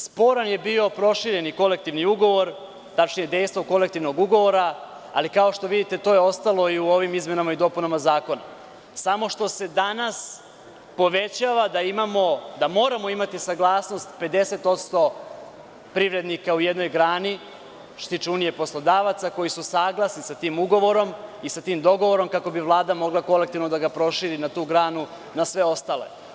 Sporan je bio prošireni kolektivni ugovor, tačnije dejstvo kolektivnog ugovora, ali kao što vidite to je ostalo i u ovim izmenama i dopunama zakona, samo što se danas povećava da moramo imati saglasnost 50% privrednika u jednoj grani, što se tiče unije poslodavaca koji su saglasni sa tim ugovorom i sa tim dogovorom, kako bi Vlada mogla kolektivno da ga proširi na tu granu na sve ostale.